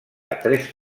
tres